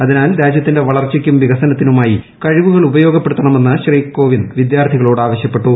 അതിനാൽ രാജ്യത്തിൻറെ വളർച്ചയ്ക്കും വികസനത്തിനുമായി കഴിവുകൾ ഉപയോഗപ്പെടുത്തണമെന്ന് ശ്രീ കോവിന്ദ് വിദ്യാർഥികളോട് ആവശ്യപ്പെട്ടു